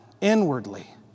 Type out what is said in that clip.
inwardly